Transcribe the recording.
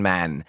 Man